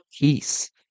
peace